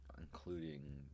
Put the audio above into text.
including